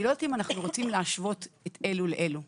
אני לא יודעת אם אנחנו רוצים להשוות את אלו לאלו.